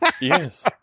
Yes